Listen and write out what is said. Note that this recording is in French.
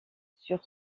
sur